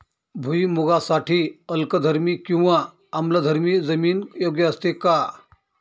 भुईमूगासाठी अल्कधर्मी किंवा आम्लधर्मी जमीन योग्य असते का?